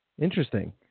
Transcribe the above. Interesting